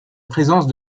présence